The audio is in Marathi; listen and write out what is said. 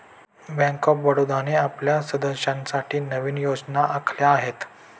बँक ऑफ बडोदाने आपल्या सदस्यांसाठी नवीन योजना आखल्या आहेत